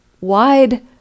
wide